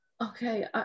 okay